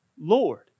Lord